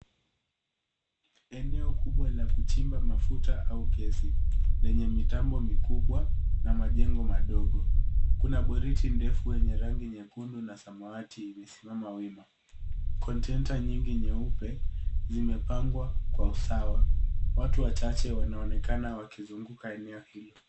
Eneo kubwa la kuchimba mafuta au gesi lenye mitambo mikubwa na majengo madogo. Kuna bwereti ndefu yenye rangi nyekundu na samawati imesimama wima. Kontena nyingi nyeupe zimepangwa kwa usawa. Watu wachache wanaonekana wakizunguka eneo hilo.